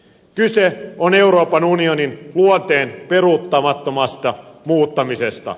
kyse on euroopan unionin luonteen peruuttamattomasta muuttamisesta